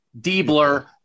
Diebler